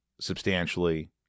substantially